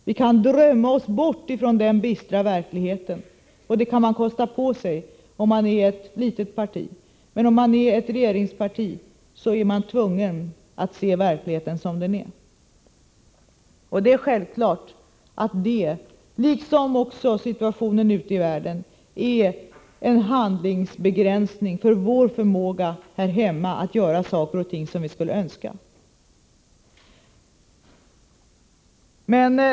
Vi kan drömma oss bort från den bistra verkligheten, och det kan man kosta på sig om man tillhör ett litet parti, men om man tillhör ett regeringsparti är man tvungen att se verkligheten sådan som den är. Självfallet innebär detta förhållande, liksom situationen ute i världen, en begränsning för vår förmåga att här hemma göra sådana saker som vi skulle önska.